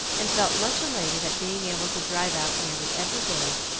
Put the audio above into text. and felt much elated at being able to drive out nearly every day,